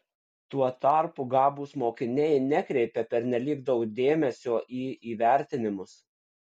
tuo tarpu gabūs mokiniai nekreipia pernelyg daug dėmesio į įvertinimus